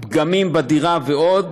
פגמים בדירה ועוד.